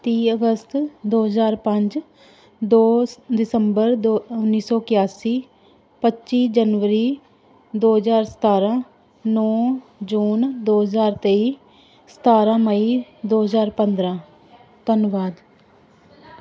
ਤੀਹ ਅਗਸਤ ਦੋ ਹਜ਼ਾਰ ਪੰਜ ਦੋ ਦਿਸੰਬਰ ਦੋ ਉੱਨੀ ਸੌ ਇਕਾਸੀ ਪੱਚੀ ਜਨਵਰੀ ਦੋ ਹਜ਼ਾਰ ਸਤਾਰ੍ਹਾਂ ਨੌਂ ਜੂਨ ਦੋ ਹਜ਼ਾਰ ਤੇਈ ਸਤਾਰ੍ਹਾਂ ਮਈ ਦੋ ਹਜ਼ਾਰ ਪੰਦਰ੍ਹਾਂ ਧੰਨਵਾਦ